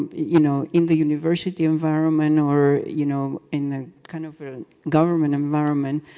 you know, in the university environment or you know, in kind of a government environment,